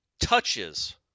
touches